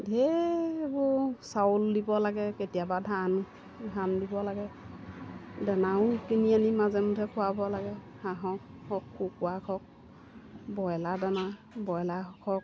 ঢেৰ এইবোৰ চাউল দিব লাগে কেতিয়াবা ধান ধান দিব লাগে দানাও কিনি আনি মাজে মধ্যে খুৱাব লাগে হাঁহক হওক কুকুৰাক হওক ব্ৰইলাৰ দানা ব্ৰইলাৰ হওক